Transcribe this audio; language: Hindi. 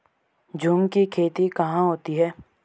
झूम की खेती कहाँ होती है?